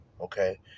okay